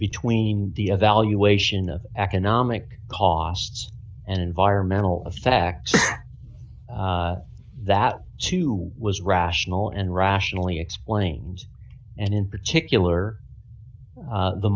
between the evaluation of economic costs and environmental effects that too was rational and rationally explained and in particular